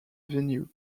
venue